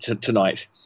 tonight